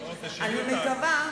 אני מחזקת אותך, תמשיכי עם זה.